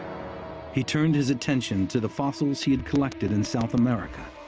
he turned his attention to the fossils he had collected in south america.